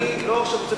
אני אומר שאני מסכים.